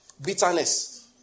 Bitterness